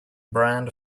brand